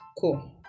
cool